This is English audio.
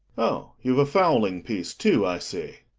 oh, you've a fowling-piece too, i see.